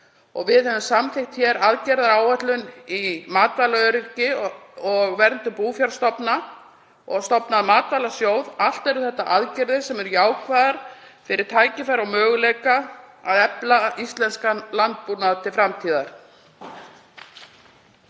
Við höfum samþykkt aðgerðaáætlun í matvælaöryggi og vernd búfjárstofna og stofnað Matvælasjóð. Allt eru þetta aðgerðir sem eru jákvæðar fyrir tækifæri og möguleika á að efla íslenskan landbúnað til framtíðar.